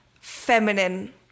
feminine